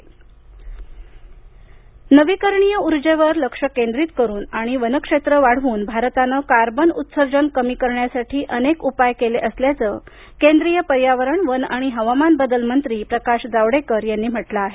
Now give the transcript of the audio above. प्रकाश जावडेकर नवीकरणीय उर्जेवर लक्ष केंद्रित करुन आणि वन क्षेत्रं वाढवून भारतानं कार्बन उत्सर्जन कमी करण्यासाठी अनेक उपाय केले असल्याचं केंद्रीय पर्यावरण वनं आणि हवामान बदल मंत्री प्रकाश जावडेकर यांनी म्हटलं आहे